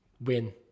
Win